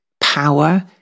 power